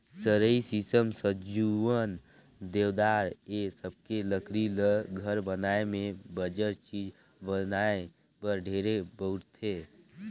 सरई, सीसम, सजुवन, देवदार ए सबके लकरी ल घर बनाये में बंजर चीज बनाये बर ढेरे बउरथे